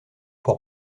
pour